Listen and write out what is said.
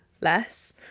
less